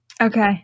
okay